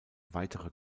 weitere